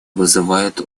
вызывает